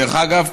דרך אגב,